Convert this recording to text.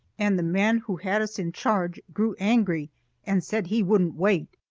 and the man who had us in charge grew angry and said he wouldn't wait.